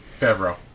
Favreau